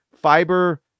fiber